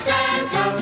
Santa